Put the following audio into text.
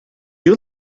you